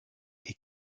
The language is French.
est